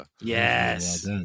Yes